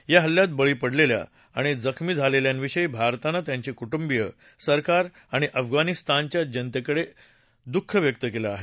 या हल्ल्यात बळी पडलेल्या आणि जखमी झालेल्यांविषयी भारतानं त्यांचे कुटुंबीय सरकार आणि अफगाणिस्तानच्या जनतेकडे दुःख व्यक्त केलं आहे